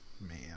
Man